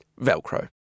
Velcro